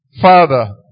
Father